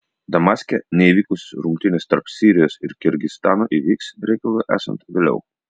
damaske neįvykusios rungtynės tarp sirijos ir kirgizstano įvyks reikalui esant vėliau